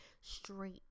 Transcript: straight